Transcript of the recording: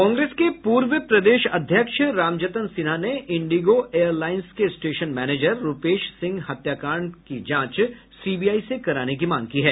कांग्रेस के पूर्व प्रदेश अध्यक्ष रामजतन सिन्हा ने इंडिगो एयरलाइंस के स्टेशन मैनेजर रूपेश सिंह हत्याकांड की जांच सीबीआई से कराने की मांग की है